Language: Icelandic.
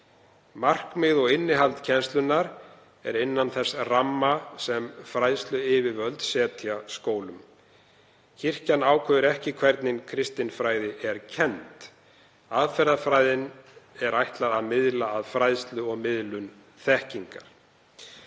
Markmið og innihald kennslunnar er innan þess ramma sem fræðsluyfirvöld setja skólum. Kirkjan ákveður ekki hvernig kristinfræði er kennd. Aðferðafræðinni er ætlað að miða að fræðslu og miðlun þekkingar.